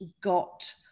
got